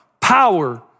power